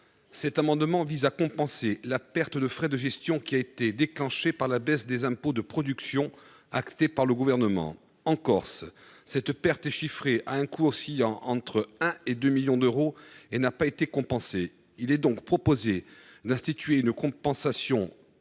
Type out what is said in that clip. Cet amendement vise à compenser la perte des frais de gestion qui a été déclenchée par la baisse des impôts de production actée par le Gouvernement. En Corse, le coût de cette perte est évalué entre 1 million et 2 millions d’euros, et il n’a pas été compensé. Il est donc proposé ici d’instituer une compensation de